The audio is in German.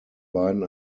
beiden